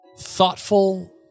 Thoughtful